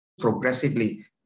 progressively